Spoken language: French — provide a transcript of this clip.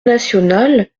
nationale